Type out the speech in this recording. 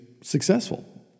successful